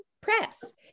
press